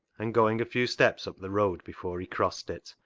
and going a few steps up the road before he crossed it,